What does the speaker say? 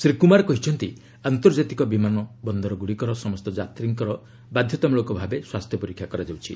ଶ୍ରୀ କୁମାର କହିଛନ୍ତି ଆନ୍ତର୍ଜାତିକ ବିମାନଗୁଡ଼ିକର ସମସ୍ତ ଯାତ୍ରୀଙ୍କର ବାଧ୍ୟତାମୂଳକ ଭାବେ ସ୍ୱାସ୍ଥ୍ୟ ପରୀକ୍ଷା କରାଯାଉଛି